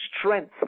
strength